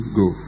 go